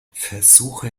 versuche